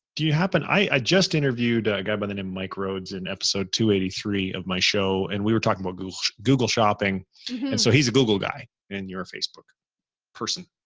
do you have an eye? i just interviewed a guy by the name of mike rhodes and episode two eighty three of my show. and we were talking about google, google shopping. and so he's a google guy and you're a facebook person.